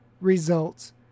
results